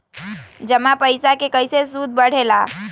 जमा पईसा के कइसे सूद बढे ला?